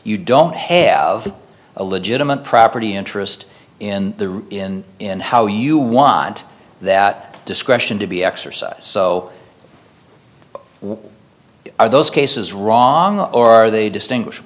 you don't have a legitimate property interest in the in in how you want that discretion to be exercised so why are those cases wrong or are they distinguish